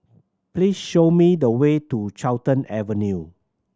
please show me the way to Carlton Avenue